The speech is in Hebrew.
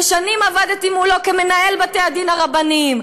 ושנים עבדתי מולו כמנהל בתי-הדין הרבניים,